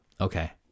Okay